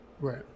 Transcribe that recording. Right